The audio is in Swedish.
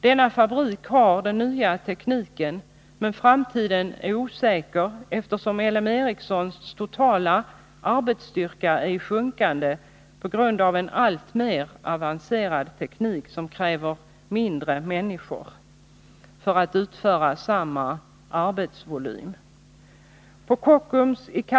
Denna fabrik har den nya tekniken, men framtiden är osäker eftersom L M Ericssons totala arbetsstyrka är i sjunkande på grund av en alltmer avancerad teknik som kräver färre människor för att utföra samma arbetsvolym.